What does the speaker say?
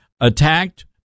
attacked